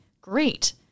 great